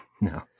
No